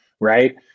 right